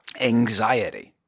anxiety